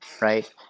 right